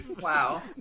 Wow